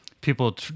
people